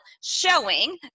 showing